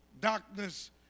Darkness